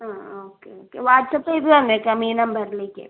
ആ ആ okay okay WhatsApp ചെയ്ത് തന്നേക്കാം ഈ നമ്പറിലേക്ക്